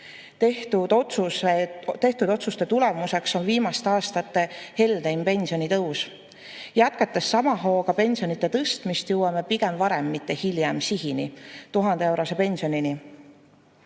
Tehtud otsuste tulemuseks on viimaste aastate heldeim pensionitõus. Jätkates sama hooga pensionide tõstmist, jõuame pigem varem, mitte hiljem sihini, [milleks on]